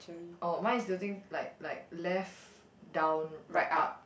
oh mine is tilting like like left down right up